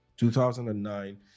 2009